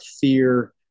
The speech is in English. fear